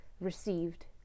received